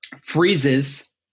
freezes